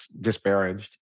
disparaged